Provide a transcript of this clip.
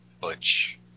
butch